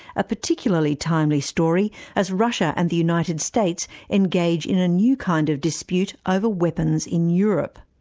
a particularly timely story as russia and the united states engage in a new kind of dispute over weapons in europe.